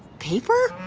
paper?